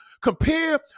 Compare